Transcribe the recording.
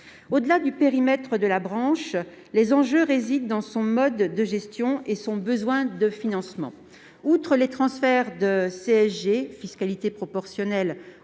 Au-delà du périmètre de la branche, les enjeux résident dans son mode de gestion et son besoin de financement. Outre les transferts de CSG, fiscalité proportionnelle,